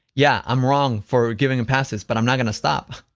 yeah, i'm wrong for giving him passes but i'm not gonna stop.